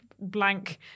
blank